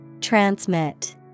Transmit